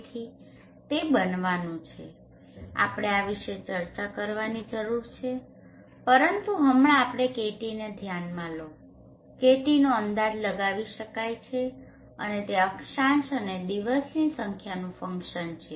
તેથી તે બનવાનું છે આપણે આ વિશે ચર્ચા કરવાની જરૂર છે પરંતુ હમણાં માટે KTને ધ્યાનમાં લો KTનો અંદાજ લગાવી શકાય છે અને તે અક્ષાંશ અને દિવસની સંખ્યાનું ફંક્શન છે